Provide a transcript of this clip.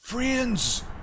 Friends